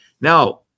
Now